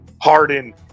Harden